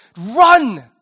run